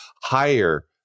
higher